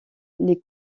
les